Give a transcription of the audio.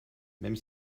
même